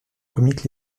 comiques